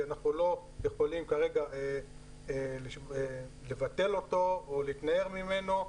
שאנחנו לא יכולים כרגע לבטל אותו או להתנער ממנו.